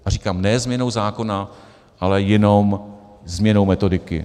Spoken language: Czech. A říkám ne změnou zákona, ale jenom změnou metodiky.